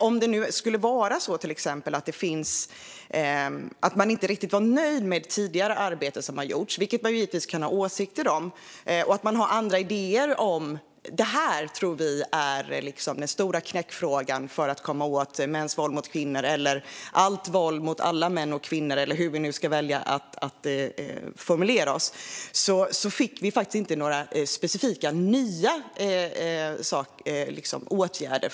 Om det till exempel skulle vara så att man inte var riktigt nöjd med det arbete som gjorts tidigare - man kan naturligtvis kan ha andra åsikter och idéer om vad man tror är den stora knäckfrågan för att komma åt mäns våld mot kvinnor, allt våld mot alla män och kvinnor eller hur man väljer att formulera det - fick vi faktiskt inte höra om några specifika nya åtgärder.